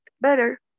better